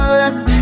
left